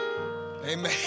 Amen